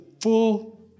full